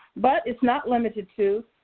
but is not limited to,